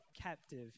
captive